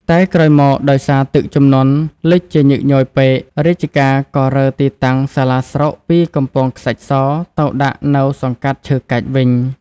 តែក្រោយមក ដោយសារទឹកជំនន់លិចជាញឹកញយពេក រាជការក៏រើទីតាំងសាលាស្រុកពីកំពង់ខ្សាច់ស ទៅដាក់នៅ សង្កាត់ឈើកាច់ វិញ។